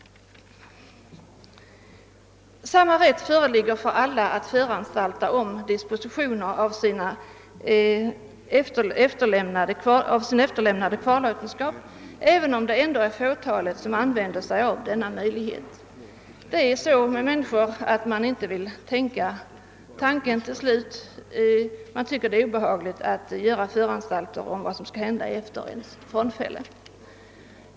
Alla har samma rätt att föranstalta om dispositioner för sin efterlämnade kvarlåtenskap, även om det är ett fåtal som använder sig av denna möjlighet. Vi människor tvekar ofta inför att gå så långt i våra tankar. Man tycker att det är obehagligt att föranstalta om åtgärder för vad som skall ske efter ens frånfälle.